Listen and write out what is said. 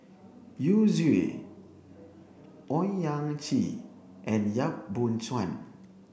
Yu Zhuye Owyang Chi and Yap Boon Chuan